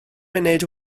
munud